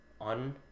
on